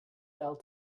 fell